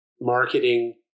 marketing